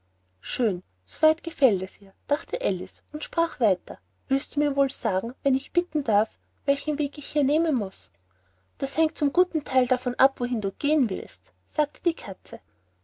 schön so weit gefällt es ihr dachte alice und sprach weiter willst du mir wohl sagen wenn ich bitten darf welchen weg ich hier nehmen muß das hängt zum guten theil davon ab wohin du gehen willst sagte die katze